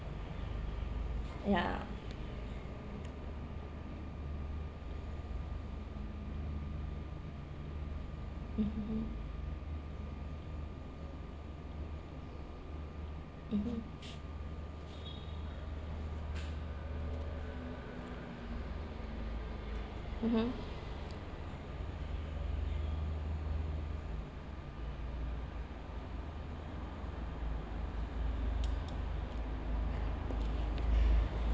ya mmhmm mmhmm mmhmm